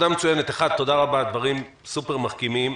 דברים סופר מחכימים.